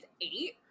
eight